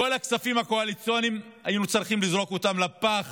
את כל הכספים הקואליציוניים היינו צריכים לזרוק לפח